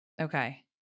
Okay